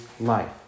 life